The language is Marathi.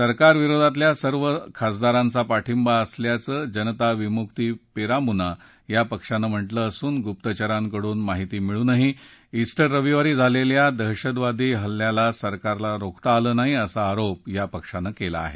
सरकार विरोधात सर्व खासदारांचा पाठिंबा असल्याचं जनता विमुकी पेरामुना पक्षानं म्हटलं असून गुप्तचरांकडून माहिती मिळूनही ईस्टर रविवारी झालेला दहशतवादी हल्ला सरकारला रोखता आला नाही असा आरोप या पक्षानं केला आहे